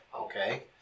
okay